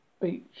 Beach